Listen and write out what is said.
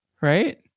right